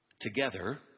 Together